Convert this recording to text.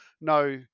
no